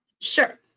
sure